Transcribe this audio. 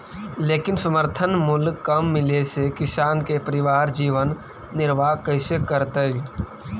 लेकिन समर्थन मूल्य कम मिले से किसान के परिवार जीवन निर्वाह कइसे करतइ?